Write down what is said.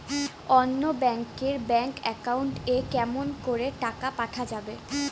অন্য ব্যাংক এর bank account এ কেমন করে টাকা পাঠা যাবে?